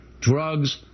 drugs